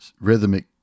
rhythmic